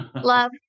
Love